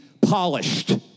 polished